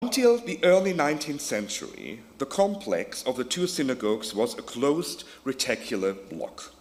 עד ראשית המאה ה-19, המתחם של שני בתי הכנסת היה מתחם קרוב וסגור.